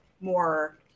more